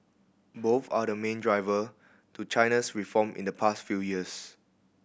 both are the main driver to China's reform in the past few years